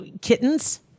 kittens